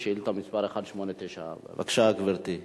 שאילתא מס' 1894. בבקשה, גברתי .